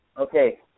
Okay